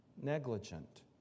negligent